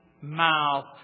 mouth